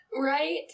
Right